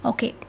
Okay